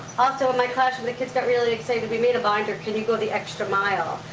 also in my classroom, the kids got really excited. we made a binder. can you go the extra mile?